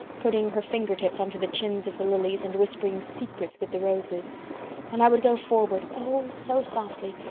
putting her fingertips under the chins of the lilies and whispering secrets with the roses and i would go forward, oh, so softly,